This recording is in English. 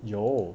有